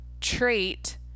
trait